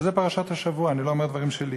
וזה פרשת השבוע, אני לא אומר דברים שלי: